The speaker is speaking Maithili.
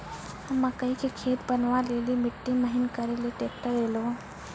मकई के खेत बनवा ले ली मिट्टी महीन करे ले ली ट्रैक्टर ऐलो?